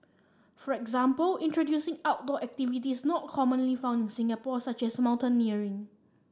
for example introducing outdoor activities not commonly found in Singapore such as mountaineering